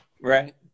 Right